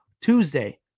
Tuesday